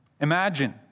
Imagine